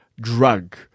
drug